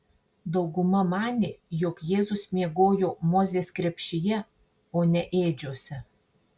dauguma manė jog jėzus miegojo mozės krepšyje o ne ėdžiose